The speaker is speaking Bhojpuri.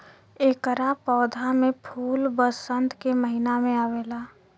एकरा पौधा में फूल वसंत के महिना में आवेला